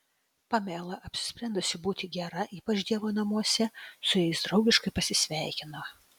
pamela apsisprendusi būti gera ypač dievo namuose su jais draugiškai pasisveikino